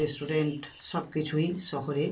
restaurant সবকিছুই শহরে